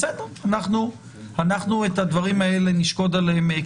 בסדר, אנחנו נשקוד על הדברים האלה כאן.